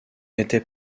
était